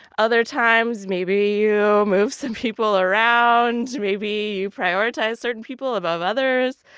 other times, maybe you move some people around. maybe you prioritize certain people above others.